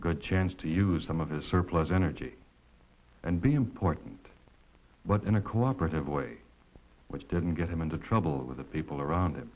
a good chance to use some of his surplus energy and be important but in a cooperative way which didn't get him into trouble with the people a